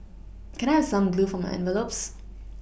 can I have some glue for my envelopes